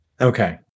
Okay